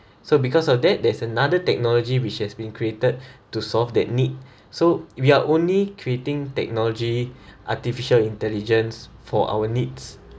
so because of that there's another technology which has been created to solve that need so we are only creating technology artificial intelligence for our needs